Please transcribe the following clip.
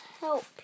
help